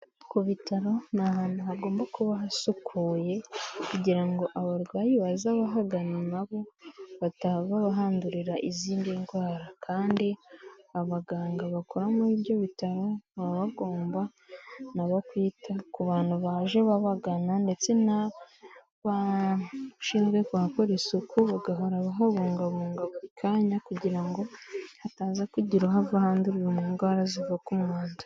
Ku bitaro ni ahantu hagomba kuba hasukuye, kugira ngo abarwayi baza bahagana nabo, batahava bahandurira izindi ndwara. Kandi abaganga bakora muri ibyo bitaro, baba bagomba nabo kwita ku bantu baje babagana ndetse n' abashinzwe kuhakora isuku, bagahora bahabungabunga buri kanya, kugira ngo hataza kugira uhava ahandurira zimwe mu ndwara ziva ku mwanda.